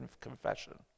confession